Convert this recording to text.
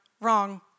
wrong